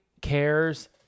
cares